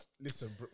Listen